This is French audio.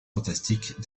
fantastique